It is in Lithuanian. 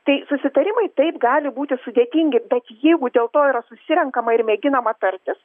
tai susitarimai taip gali būti sudėtingi bet jeigu dėl to yra susirenkama ir mėginama tartis